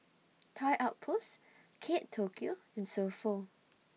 Toy Outpost Kate Tokyo and So Pho